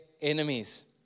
enemies